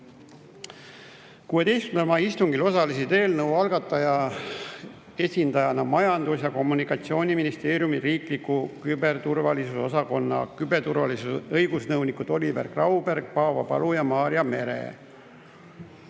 16. mai istungil osalesid eelnõu algataja esindajatena Majandus‑ ja Kommunikatsiooniministeeriumi riikliku küberturvalisuse osakonna küberturvalisuse õigusnõunikud Oliver Grauberg ja Raavo Palu ja nõunik Maarja Mere.